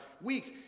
weeks